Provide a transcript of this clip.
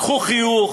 קחו חיוך,